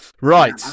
Right